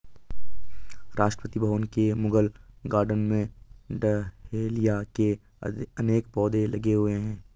राष्ट्रपति भवन के मुगल गार्डन में डहेलिया के अनेक पौधे लगे हुए हैं